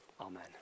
Amen